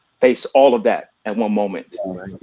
face all of that at one moment.